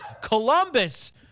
Columbus